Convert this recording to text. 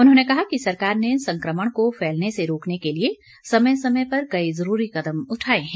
उन्होंने कहा कि सरकार ने संक्रमण को फैलने से रोकने के लिए समय समय पर कई ज़रूरी कदम उठाए हैं